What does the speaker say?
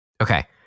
Okay